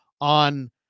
on